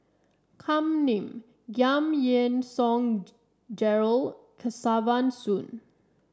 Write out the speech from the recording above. Kam Ning Giam Yean Song Gerald Kesavan Soon